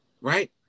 right